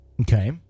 Okay